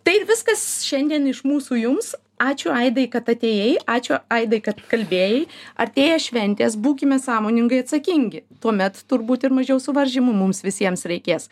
tai ir viskas šiandien iš mūsų jums ačiū aidai kad atėjai ačiū aidai kad kalbėjai artėja šventės būkime sąmoningai atsakingi tuomet turbūt ir mažiau suvaržymų mums visiems reikės